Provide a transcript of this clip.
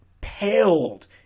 paled